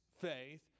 faith